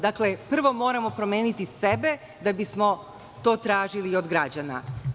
Dakle, prvo moramo promeniti sebe da bismo to tražili i od građana.